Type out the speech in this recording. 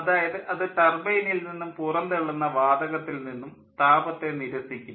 അതായത് അത് ടർബൈനിൽ നിന്നും പുറംതള്ളുന്ന വാതകത്തിൽ നിന്നും താപത്തെ നിരസിക്കുന്നു